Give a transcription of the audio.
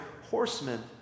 horsemen